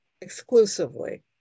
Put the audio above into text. exclusively